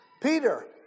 Peter